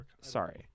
Sorry